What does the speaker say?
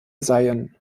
seien